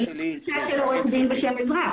הפנייה של עורך הדין היא בשם אזרח.